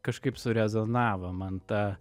kažkaip surezonavo man ta